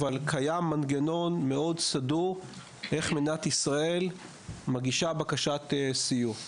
אבל קיים מנגנון מאוד סדור איך מדינת ישראל מגישה בקשת סיוע,